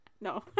No